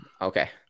Okay